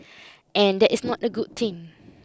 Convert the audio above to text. and that is not a good thing